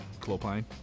Clopine